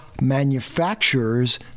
manufacturers